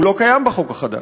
הוא לא קיים בחוק החדש.